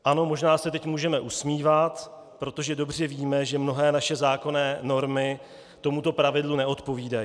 Ano, možná se teď můžeme usmívat, protože dobře víme, že mnohé naše zákonné normy tomuto pravidlu neodpovídají.